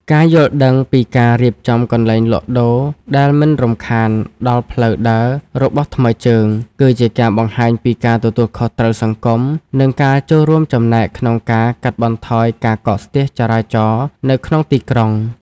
ការយល់ដឹងពីការរៀបចំកន្លែងលក់ដូរដែលមិនរំខានដល់ផ្លូវដើររបស់ថ្មើរជើង គឺជាការបង្ហាញពីការទទួលខុសត្រូវសង្គម និងការចូលរួមចំណែកក្នុងការកាត់បន្ថយការកកស្ទះចរាចរណ៍នៅក្នុងទីក្រុង។